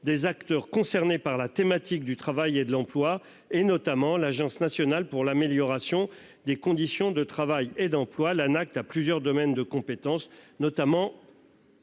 des acteurs concernés par la thématique du travail et de l'emploi et notamment l'Agence nationale pour l'amélioration des conditions de travail et d'emploi l'Anact à plusieurs domaines de compétences notamment.